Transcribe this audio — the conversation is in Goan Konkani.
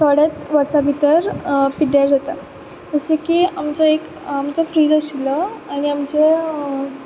थोड्याच वर्सां भितर पिड्ड्यार जाता जशें की आमचें आमचो फ्रीज आशिल्लो आनी आमचें